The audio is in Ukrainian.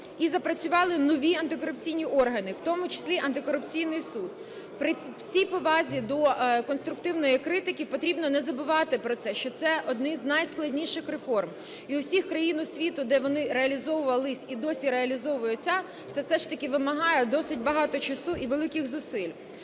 і запрацювали нові антикорупційні органи, в тому числі антикорупційний суд. При всій повазі до конструктивної критики потрібно не забувати про це, що це одні з найскладніших реформ. І в усіх країнах світу, де вони реалізовувались і досі реалізовуються, це все ж таки вимагає досить багато часу і великих зусиль.